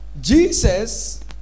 jesus